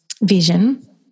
vision